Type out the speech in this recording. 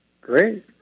Great